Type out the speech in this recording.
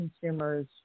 consumers